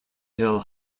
hill